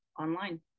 online